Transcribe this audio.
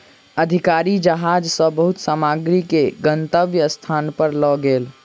अधिकारी जहाज सॅ बहुत सामग्री के गंतव्य स्थान पर लअ गेल